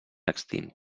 extint